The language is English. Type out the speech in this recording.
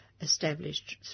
established